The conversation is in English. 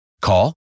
Call